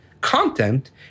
content